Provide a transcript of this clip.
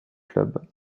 club